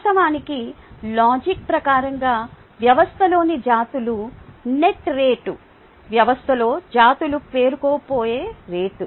వాస్తవానికి లాజిక్ ప్రకారంగా వ్యవస్థలోని జాతుల నెట్ రేటు వ్యవస్థలో జాతులు పేరుకుపోయే రేటు